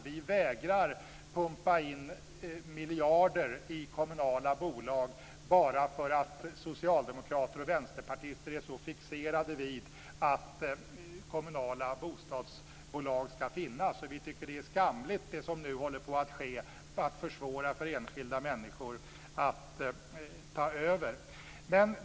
Vi vägrar pumpa in miljarder i kommunala bolag bara för att socialdemokrater och vänsterpartister är så fixerade vid att kommunala bostadsbolag skall finnas. Vi tycker att det som nu håller på att ske är skamligt, när man försvårar för enskilda människor att ta över.